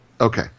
Okay